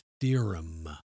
theorem